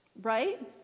Right